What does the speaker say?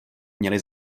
měli